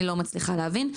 אני לא מצליחה להבין.